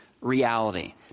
reality